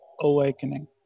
awakening